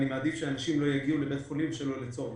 אני מעדיף שאנשים לא יגיעו לבית חולים שלא לצורך.